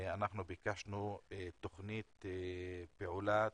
אנחנו ביקשנו תוכנית פעולה,